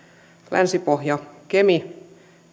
länsi pohja kemi